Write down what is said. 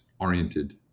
oriented